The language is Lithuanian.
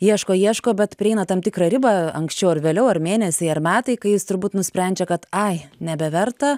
ieško ieško bet prieina tam tikrą ribą anksčiau ar vėliau ar mėnesiai ar metai kai jis turbūt nusprendžia kad ai nebeverta